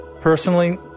Personally